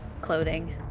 clothing